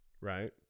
right